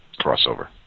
crossover